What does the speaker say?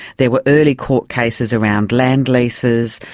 there were early court cases around land leases,